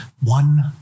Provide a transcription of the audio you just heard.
one